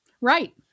Right